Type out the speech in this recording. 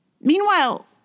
Meanwhile